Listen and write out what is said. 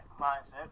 mindset